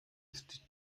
ist